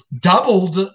doubled –